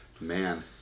Man